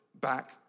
back